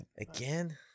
Again